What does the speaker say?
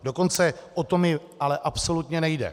Dokonce o to mi ale absolutně nejde.